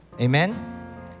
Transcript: amen